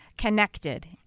connected